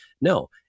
No